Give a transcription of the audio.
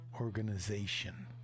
organization